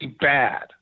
Bad